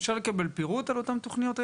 אפשר לקבל פירוט על אותן תוכניות?